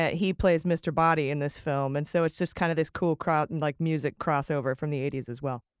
he plays mr. boddy in this film, and so it's just kind of this cool crowd and like music crossover from the eighty s as well.